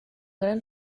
gran